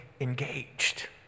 engaged